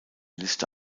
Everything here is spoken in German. liste